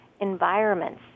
environments